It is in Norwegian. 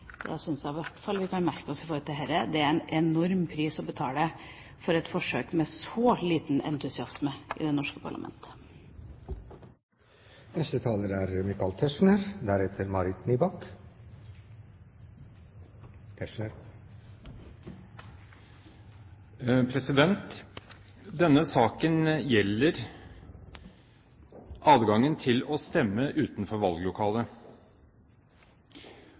syns jeg i hvert fall vi kan merke oss i denne saken. Det er en enorm pris å betale for et forsøk med så liten entusiasme i det norske parlamentet. Denne saken gjelder adgangen til å stemme utenfor valglokale. Om det å stemme utenfor